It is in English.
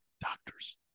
doctors